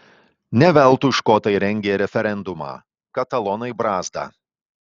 ne veltui škotai rengė referendumą katalonai brazda